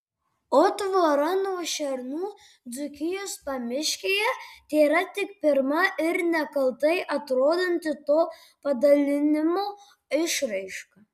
o tvora nuo šernų dzūkijos pamiškėje tėra tik pirma ir nekaltai atrodanti to padalinimo išraiška